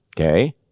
Okay